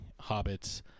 hobbits